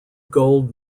gold